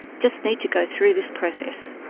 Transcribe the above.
just need to go through this process.